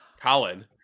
Colin